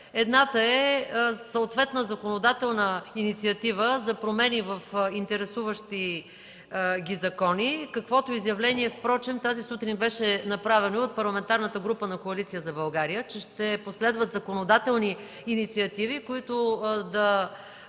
Едната е съответна законодателна инициатива за промени в интересуващи ги закони, каквото изявление впрочем тази сутрин беше направено от Парламентарната група на Коалиция за България, че ще последват законодателни инициативи, които да